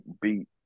beat